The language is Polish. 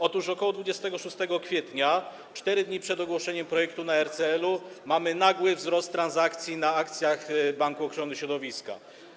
Otóż ok. 26 kwietnia, 4 dni przed ogłoszeniem projektu w RCL-u, mamy nagły wzrost transakcji na akcjach Banku Ochrony Środowiska.